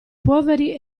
poveri